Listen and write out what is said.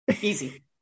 Easy